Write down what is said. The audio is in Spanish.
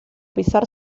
pisar